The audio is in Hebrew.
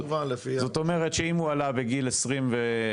זאת אומרת שאם הוא עלה בגיל 21.5,